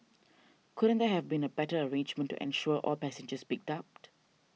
couldn't there have been a better arrangement to ensure all passengers picked up